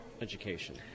Education